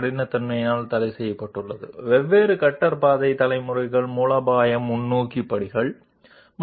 సంగ్రహంగా చెప్పాలంటే forward step యొక్క పొడవు ఫామ్ టాలరెన్స్ ద్వారా పరిమితం చేయబడింది సైడ్స్టెప్ పొడవు సర్ఫేస్ రఫ్నెస్ ద్వారా పరిమితం చేయబడింది